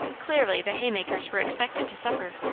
clearly the haymakers were expected to supper.